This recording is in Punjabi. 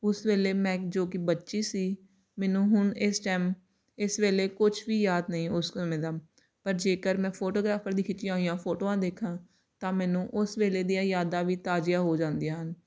ਉਸ ਵੇਲੇ ਮੈਂ ਜੋ ਕਿ ਬੱਚੀ ਸੀ ਮੈਨੂੰ ਹੁਣ ਇਸ ਟੈਮ ਇਸ ਵੇਲੇ ਕੁਛ ਵੀ ਯਾਦ ਨਹੀਂ ਉਸ ਸਮੇਂ ਦਾ ਪਰ ਜੇਕਰ ਮੈਂ ਫੋਟੋਗ੍ਰਾਫਰ ਦੀ ਖਿੱਚੀਆਂ ਹੋਈਆਂ ਫੋਟੋਆਂ ਦੇਖਾਂ ਤਾਂ ਮੈਨੂੰ ਉਸ ਵੇਲੇ ਦੀਆ ਯਾਦਾਂ ਵੀ ਤਾਜ਼ੀਆਂ ਹੋ ਜਾਂਦੀਆਂ ਹਨ